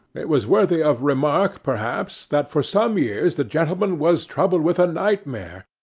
it was worthy of remark, perhaps, that for some years the gentleman was troubled with a night-mare,